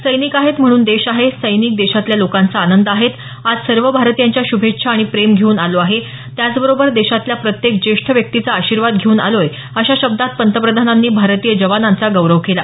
सैनिक आहेत म्हणून देश आहे सैनिक देशातल्या लोकांचा आनंद आहेत आज सर्व भारतीयांच्या श्रभेच्छा आणि प्रेम घेऊन आलो आहे त्याचबरोबर देशातल्या प्रत्येक ज्येष्ठ व्यक्तीचा आशीर्वाद घेऊन आलोय अशा शब्दांत पतंप्रधानांनी भारतीय जवानांचा गौरव केला